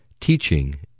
Teaching